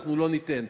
אנחנו לא ניתן.